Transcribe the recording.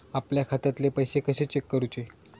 आपल्या खात्यातले पैसे कशे चेक करुचे?